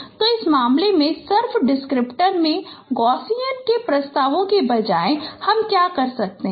तो इस मामले में सर्फ डिस्क्रिप्टर में गॉसियन के प्रस्तावों के बजाय हम क्या कर सकते हैं